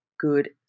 Good